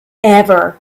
forever